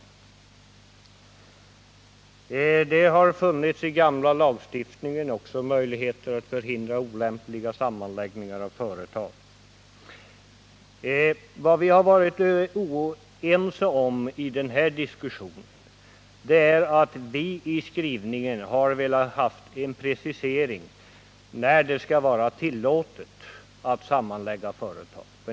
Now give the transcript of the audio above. Möjligheten att förhindra olämpliga sammanläggningar av företag har funnits även i den gamla lagstiftningen. Det vi varit oense om i den här diskussionen är att vi velat ha en precisering av när det skall vara tillåtet att slå samman företag.